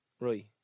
Right